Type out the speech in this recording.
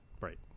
right